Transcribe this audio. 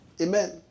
Amen